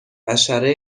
حشره